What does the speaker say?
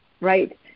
Right